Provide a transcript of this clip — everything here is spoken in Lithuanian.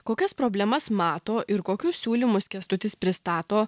kokias problemas mato ir kokius siūlymus kęstutis pristato